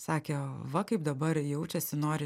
sakė va kaip dabar jaučiasi nori